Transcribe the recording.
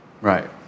Right